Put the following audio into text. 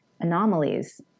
anomalies